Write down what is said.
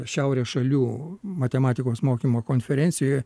šiaurės šalių matematikos mokymo konferencijoj